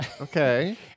Okay